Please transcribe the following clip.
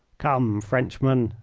come, frenchman,